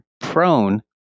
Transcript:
prone